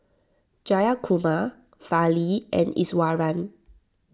Jayakumar Fali and Iswaran